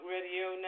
Radio